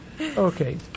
Okay